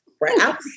Right